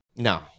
No